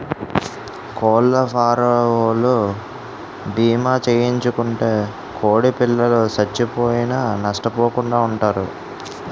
కోళ్లఫారవోలు భీమా చేయించుకుంటే కోడిపిల్లలు సచ్చిపోయినా నష్టపోకుండా వుంటారు